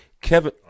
Kevin